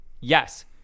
yes